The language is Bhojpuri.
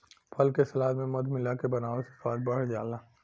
फल के सलाद में मधु मिलाके बनावे से स्वाद बढ़ जाला